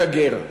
"ואהבתם את הגר"